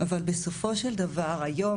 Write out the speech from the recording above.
אבל בסופו של דבר היום,